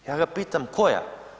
Ja ga pitam koja?